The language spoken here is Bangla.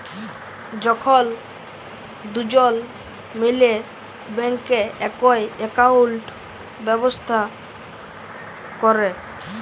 যখল দুজল মিলে ব্যাংকে একই একাউল্ট ব্যবস্থা ক্যরে